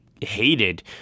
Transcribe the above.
hated